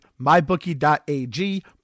MyBookie.ag